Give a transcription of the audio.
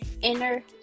inner